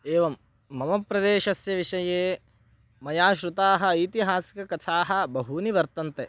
एवं मम प्रदेशस्य विषये मया श्रुताः ऐतिहासिककथाः बहूनि वर्तन्ते